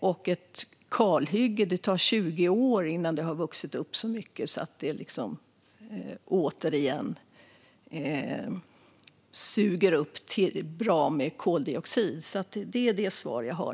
Det tar 20 år innan ett kalhygge har vuxit upp så mycket att det återigen suger upp bra med koldioxid. Det är detta svar jag har.